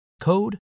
code